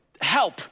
help